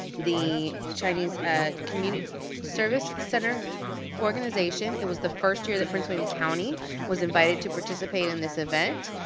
the chinese community service center organization. it was the first year that prince william county was invited to participate in this event.